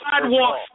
sidewalk